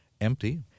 empty